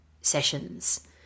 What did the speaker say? sessions